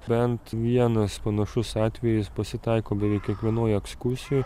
bent vienas panašus atvejis pasitaiko beveik kiekvienoj ekskursijoj